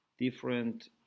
different